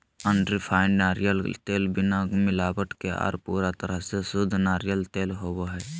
unrefined नारियल तेल बिना मिलावट के आर पूरा तरह से शुद्ध नारियल तेल होवो हय